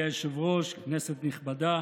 אדוני היושב-ראש, כנסת נכבדה,